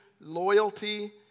loyalty